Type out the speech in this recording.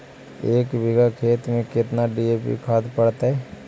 एक बिघा खेत में केतना डी.ए.पी खाद पड़तै?